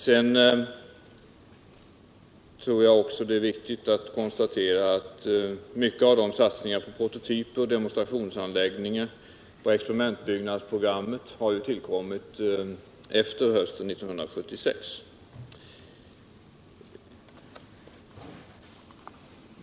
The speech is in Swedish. Sedan tror jag också att det är viktigt att konstatera att mycket av satsningarna på prototyper och demonstrationsanläggningar samt på experimentbyggnadsprogrammet har tillkommit efter hösten 1976.